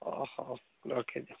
ହଉ ରଖିଦିଅ